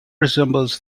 resembles